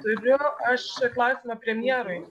turiu aš klausimą premjerui